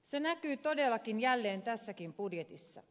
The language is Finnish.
se näkyy todellakin jälleen tässäkin budjetissa